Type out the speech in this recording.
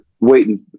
waiting